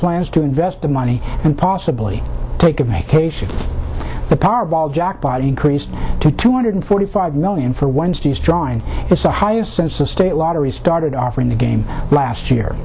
plans to invest the money and possibly take a vacation the powerball jackpot increased to two hundred forty five million for wednesday's drawing is the highest since the state lottery started offering the game last